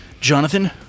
Jonathan